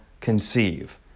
conceive